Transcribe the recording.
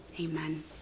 Amen